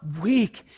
weak